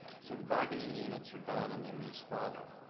so the bargaining units are done and then these follow.